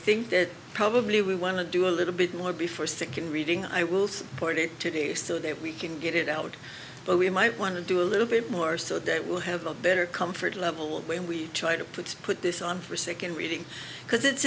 think that probably we want to do a little bit more before second reading i will support it today so that we can get it out but we might want to do a little bit more so that we'll have a better comfort level when we try to put to put this on for second reading because it's